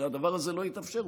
שהדבר הזה לא יתאפשר,